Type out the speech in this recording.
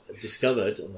discovered